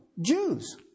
Jews